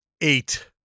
eight